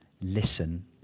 Listen